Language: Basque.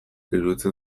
iruditzen